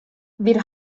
wir